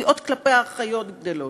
התביעות כלפי האחיות גדלות.